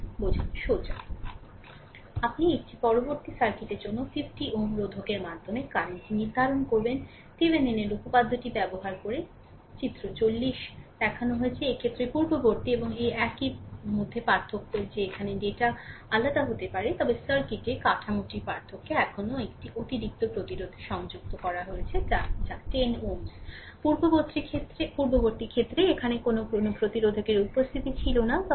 সুতরাং আপনি পরবর্তীটি সার্কিটের 50 Ω রোধকের মাধ্যমে কারেন্ট টি নির্ধারণ করবেন থিভেনিনের উপপাদ্যটি ব্যবহার করে চিত্র 40 এ দেখানো হয়েছে এক্ষেত্রে পূর্ববর্তী এবং এই একের মধ্যে পার্থক্যের যে এখানে ডেটা আলাদা হতে পারে তবে সার্কিটের কাঠামোটি পার্থক্যে এখানে একটি অতিরিক্ত প্রতিরোধের সংযুক্ত রয়েছে যা 10 Ω পূর্ববর্তী ক্ষেত্রে এখানে কোন প্রতিরোধকের উপস্থিতি ছিল না